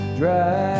dry